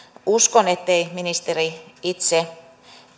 uskon ettei ministeri itse